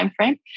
timeframe